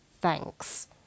thanks